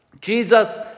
Jesus